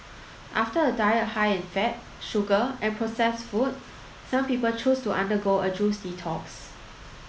after a diet high in fat sugar and processed food some people choose to undergo a juice detox